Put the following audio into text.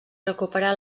recupera